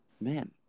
man